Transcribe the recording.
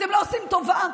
אתם לא עושים טובה,